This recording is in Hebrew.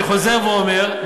אני חוזר ואומר,